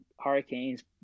Hurricanes